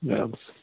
ادٕ سا